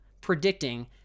predicting